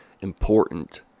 important